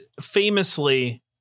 famously